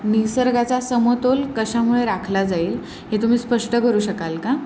निसर्गाचा समतोल कशामुळे राखला जाईल हे तुम्ही स्पष्ट करू शकाल का